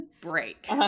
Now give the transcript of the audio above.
break